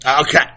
Okay